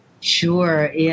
Sure